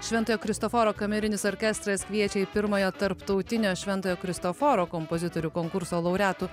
šventojo kristoforo kamerinis orkestras kviečia į pirmojo tarptautinio šventojo kristoforo kompozitorių konkurso laureatų